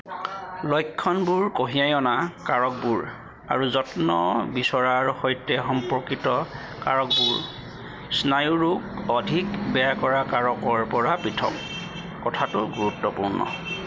লক্ষণবোৰ কঢ়িয়াই অনা কাৰকবোৰ আৰু যত্ন বিচৰাৰ সৈতে সম্পৰ্কিত কাৰকবোৰ স্নায়ুৰোগ অধিক বেয়া কৰা কাৰকৰ পৰা পৃথক কৰাটো গুৰুত্বপূৰ্ণ